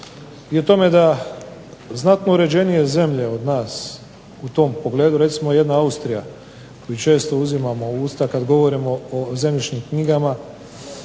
i o tome da znatno uređenije zemlje od nas u tom pogledu, recimo jedna Austrija koju često uzimamo u usta kad govorimo o zemljišnim knjigama